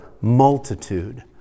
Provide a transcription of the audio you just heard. multitude